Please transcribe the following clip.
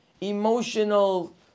emotional